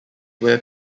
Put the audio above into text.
where